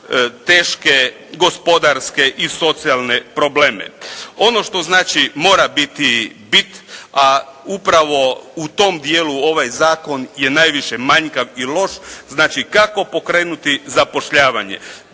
teške gospodarske i socijalne probleme. Ono što znači mora biti bit, a upravo u tom dijelu ovaj zakon je najviše manjkav i loš, znači kako pokrenuti zapošljavanje.